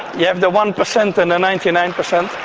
you have the one percent and the ninety nine percent.